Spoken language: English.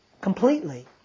Completely